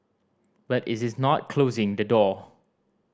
but it is not closing the door